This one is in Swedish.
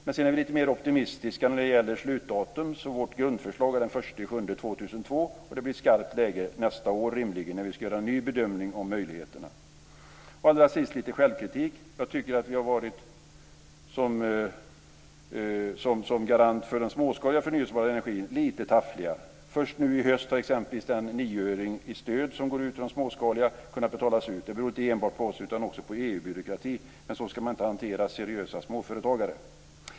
Sedan är vi lite mer optimistiska när det gäller slutdatum, så vårt grundförslag är den 1 juli 2002. Det blir rimligen skarpt läge nästa år, när vi ska göra en ny bedömning av möjligheterna. Allra sist lite självkritik. Jag tycker att vi som garant för den småskaliga förnyelsebara energin har varit lite taffliga. Först nu i höst har exempelvis den nioöring i stöd som går ut till de småskaliga kunnat betalas ut. Det beror inte enbart på oss, utan också på EU-byråkratin. Men så ska man inte hantera seriösa småföretagare.